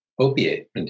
opiate